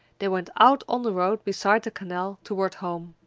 they went out on the road beside the canal toward home.